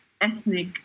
ethnic